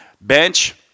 bench